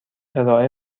ارائه